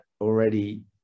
already